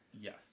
Yes